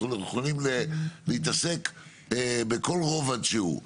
יכולים להתעסק בכל רובד שהוא,